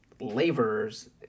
laborers